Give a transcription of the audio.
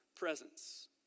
Presence